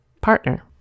partner